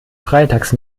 freitags